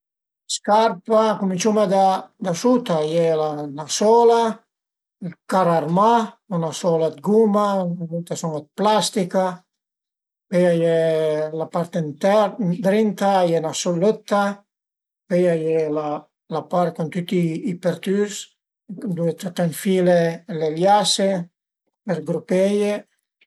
Scarpa, cuminciuma da suta, a ie 'na sola, ël car armà, 'na sola dë guma, nurmalment a sun dë plastica, pöi a ie la part intern ëndrinta, a ie 'na sulëtta pöi a ie 'na part cun tüti i përtüs ëndua t'ënfile le liase për grupeie